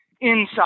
inside